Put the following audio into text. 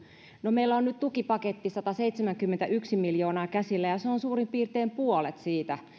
no meillä on nyt tukipaketti sataseitsemänkymmentäyksi miljoonaa käsillä ja se on suurin piirtein puolet siitä